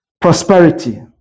prosperity